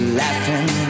laughing